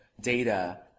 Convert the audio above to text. data